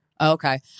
Okay